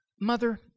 Mother